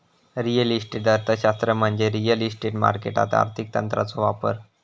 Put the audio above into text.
real estate अर्थशास्त्र म्हणजे real estate मार्केटात आर्थिक तंत्रांचो वापर